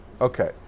Okay